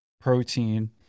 protein